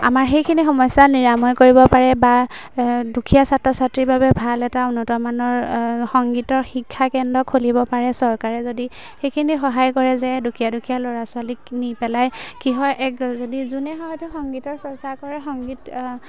আমাৰ সেইখিনি সমস্যা নিৰাময় কৰিব পাৰে বা দুখীয়া ছাত্ৰ ছাত্ৰীৰ বাবে ভাল এটা উন্নত মানৰ সংগীতৰ শিক্ষা কেন্দ্ৰ খুলিব পাৰে চৰকাৰে যদি সেইখিনি সহায় কৰে যে দুখীয়া দুখীয়া ল'ৰা ছোৱালীক নি পেলাই কি হয় এক যদি যোনে হয়তো সংগীতৰ চৰ্চা কৰে সংগীত